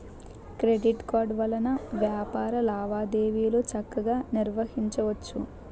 credit card వలన వ్యాపార లావాదేవీలు చక్కగా నిర్వహించవచ్చు